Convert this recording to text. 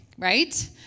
right